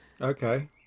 Okay